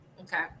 Okay